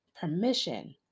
permission